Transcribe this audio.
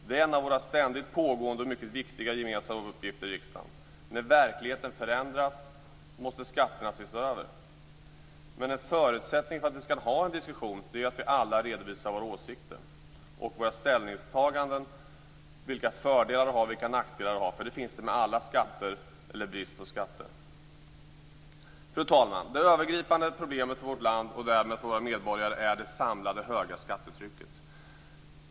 Det är en av våra ständigt pågående och mycket viktiga gemensamma uppgifter i riksdagen. När verkligheten förändras måste skatterna ses över. Men en förutsättning för att vi skall kunna ha en diskussion är att vi alla redovisar våra åsikter och ställningstaganden samt vilka fördelar och nackdelar de har - för sådana finns det med alla skatter eller brist på skatter. Fru talman! Det övergripande problemet för vårt land, och därmed för våra medborgare, är det samlade höga skattetrycket.